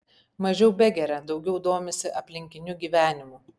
mažiau begeria daugiau domisi aplinkiniu gyvenimu